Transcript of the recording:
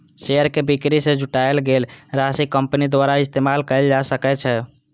share के बिक्री सं जुटायल गेल राशि कंपनी द्वारा इस्तेमाल कैल जा सकै छै